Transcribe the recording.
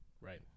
right